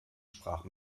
sprach